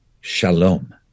shalom